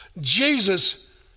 Jesus